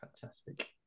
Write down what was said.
Fantastic